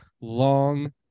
long